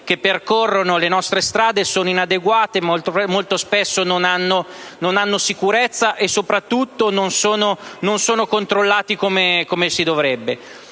che percorrono le nostre strade sono inadeguati: molto spesso non sono sicuri e soprattutto non sono controllati come dovrebbero